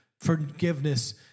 Forgiveness